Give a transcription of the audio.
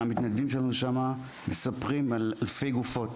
המתנדבים שלנו מספרים על אלפי גופות